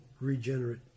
regenerate